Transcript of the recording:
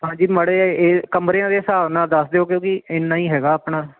ਹਾਂਜੀ ਮੜਾ ਜਿਹਾ ਇਹ ਕਮਰਿਆਂ ਦੇ ਹਿਸਾਬ ਨਾਲ ਦੱਸ ਦਿਓ ਕਿਉਂਕਿ ਇਨਾ ਹੀ ਹੈਗਾ ਆਪਣਾ